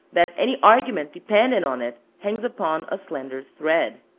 that any argument dependent on it hangs upon a slender thread.